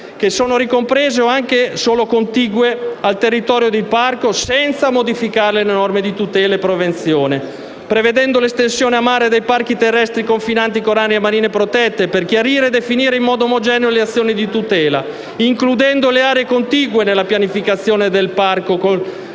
che siano ricomprese o anche solo contigue al territorio del parco senza modificare le norme di tutela e prevenzione, prevedendo l'estensione a mare dei parchi terrestri confinanti con aree marine protette per chiarire e definire in modo omogeneo le azioni di tutela da perseguire, includendo le aree contigue nella pianificazione del parco